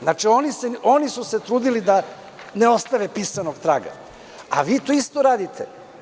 Znači, oni su se trudili da ne ostave pisanog traga, a vi to isto radite.